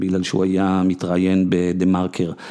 בגלל שהוא היה מתראיין בדמרקר.